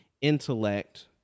intellect